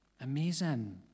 Amazing